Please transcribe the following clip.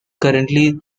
currently